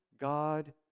God